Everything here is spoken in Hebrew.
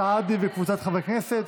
סעדי וקבוצת חברי הכנסת.